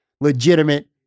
legitimate